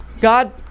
God